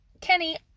Kenny